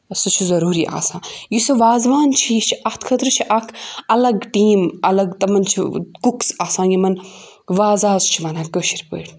سُہ چھُ ضروٗری آسان یُس یہِ وازوان چھُ یہِ چھُ اَتھ خٲطرٕ چھِ اَکھ اَلَگ ٹیٖم الگ تِمَن چھُ کُکٕس آسان یِمَن وازاز چھِ وَنان کٲشِر پٲٹھۍ